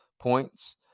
points